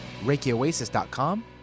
ReikiOasis.com